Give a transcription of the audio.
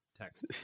text